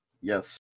Yes